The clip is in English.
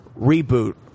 reboot